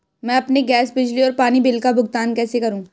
मैं अपने गैस, बिजली और पानी बिल का भुगतान कैसे करूँ?